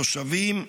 תושבים,